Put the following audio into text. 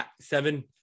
seven